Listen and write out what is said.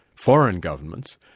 foreign governments,